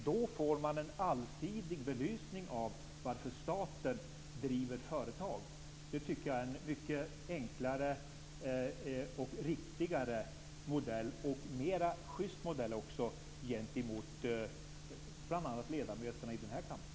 Då får man en allsidig belysning av varför staten driver företag. Det tycker jag är en mycket enklare och riktigare modell. Det är också en mer just modell gentemot bl.a. ledamöterna i den här kammaren.